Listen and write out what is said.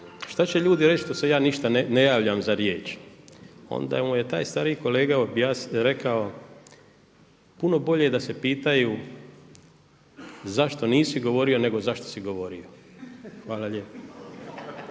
šta će ljudi reći što se ja ništa ne javljam za riječ. Onda mu je taj stariji kolega rekao, puno bolje da se pitaju zašto nisi govorio nego zašto si govorio. Hvala lijepo.